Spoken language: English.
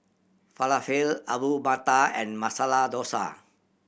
Falafel Alu Matar and Masala Dosa